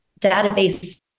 database